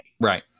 Right